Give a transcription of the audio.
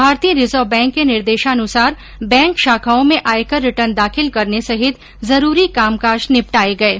भारतीय reserve bank के निर्देशानुसार बैंक शाखाओं में आयकर रिटर्न दाखिल करने सहित जरूरी कामकाज निपटाये गये